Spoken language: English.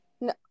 No